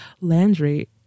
Landry